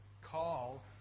call